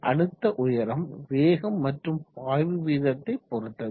அழுத்த உயரம் வேகம் மற்றும் பாய்வு வீதத்தை பொறுத்தது